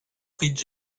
prix